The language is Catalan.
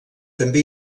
també